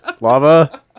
Lava